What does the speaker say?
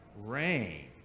Rain